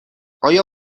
آیا